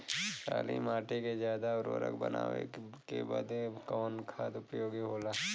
काली माटी के ज्यादा उर्वरक बनावे के बदे कवन खाद उपयोगी होला?